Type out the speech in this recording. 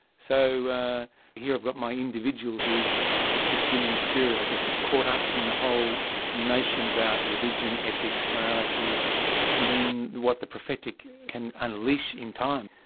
so here i've got my individual who's this human spirit i guess, who's caught up in the whole notion about religion, ethics, morality and then what the prophetic can unleash in time.